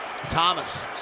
Thomas